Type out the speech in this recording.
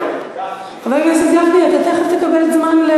חבר הכנסת גפני, אתה תכף תקבל זמן,